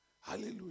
Hallelujah